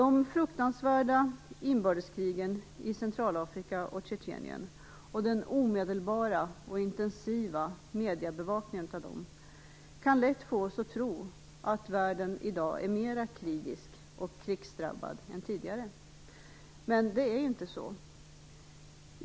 De fruktansvärda inbördeskrigen i Centralafrika och Tjetjenien och den omedelbara och intensiva mediebevakningen av dem kan lätt få oss att tro att världen i dag är mera krigisk och krigsdrabbad än tidigare. Men det är inte så.